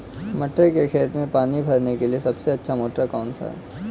मटर के खेत में पानी भरने के लिए सबसे अच्छा मोटर कौन सा है?